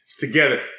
together